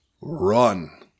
run